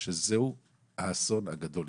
שזה האסון הגדול.